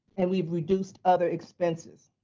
and we've reduced other expenses.